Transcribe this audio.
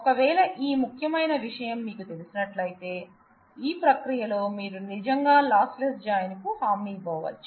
ఒకవేళ ఈ ముఖ్యమైన విషయం మీకు తెలిసినట్లయితే ఈ ప్రక్రియలో మీరు నిజంగా లాస్ లెస్ జాయిన్ కు హామీ ఇవ్వవచ్చు